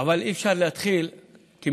אבל אי-אפשר להתחיל בלי,